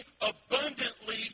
abundantly